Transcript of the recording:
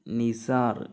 Nissar